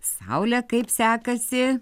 saule kaip sekasi